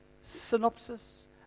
synopsis